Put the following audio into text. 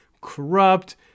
corrupt